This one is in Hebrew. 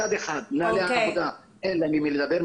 מצד אחד למנהלי העבודה אין עם מי לדבר,